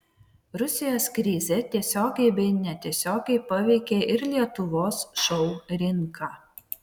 rusijos krizė tiesiogiai bei netiesiogiai paveikė ir lietuvos šou rinką